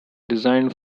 designed